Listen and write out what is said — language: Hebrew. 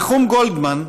נחום גולדמן,